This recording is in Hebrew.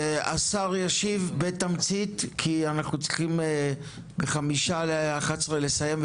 השר ישיב בתקציב כי אנחנו צריכים ב10:55 לסיים,